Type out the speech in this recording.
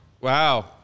Wow